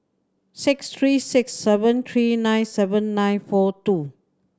six three six seven three nine seven nine four two